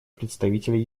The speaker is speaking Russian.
представитель